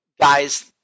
guys